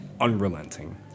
unrelenting